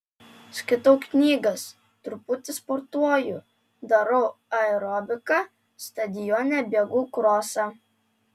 skaitau knygas truputį sportuoju darau aerobiką stadione bėgu krosą